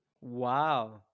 Wow